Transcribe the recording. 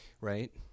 right